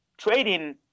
Trading